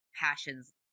passions